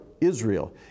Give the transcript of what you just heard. Israel